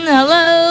Hello